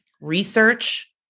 Research